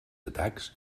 atacs